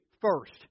first